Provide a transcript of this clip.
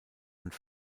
und